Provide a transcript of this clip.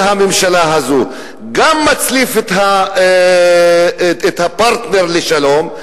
של הממשלה הזאת: גם מצליף בפרטנר לשלום,